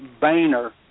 Boehner